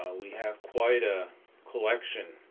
we have quite a collection,